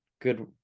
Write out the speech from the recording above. good